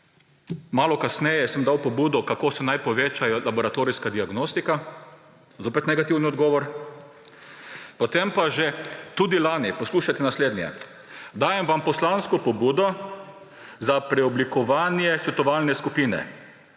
Malo kasneje sem dal pobudo, kako se naj poveča laboratorijska diagnostika, zopet negativni odgovor. Potem pa že tudi lani, poslušajte naslednje: Dajem vam poslansko pobudo za preoblikovanje svetovalne skupine.